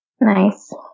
Nice